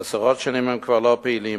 עשרות שנים הם כבר לא פעילים,